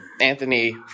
Anthony